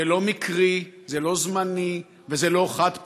זה לא מקרי, זה לא זמני וזה לא חד-פעמי.